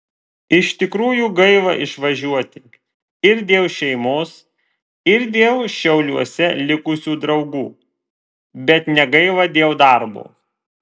iš tikrųjų gaila išvažiuoti ir dėl šeimos ir dėl šiauliuose likusių draugų bet negaila dėl darbo